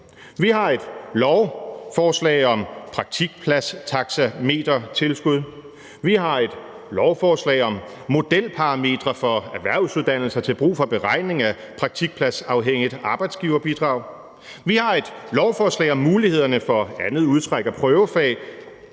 Vi har et lovforslag om praktikpladstaxametertilskud; vi har et lovforslag om modelparametre for erhvervsuddannelser til brug for beregning af praktikpladsafhængigt arbejdsgiverbidrag; vi har et lovforslag om mulighederne for andet udtræk af prøvefag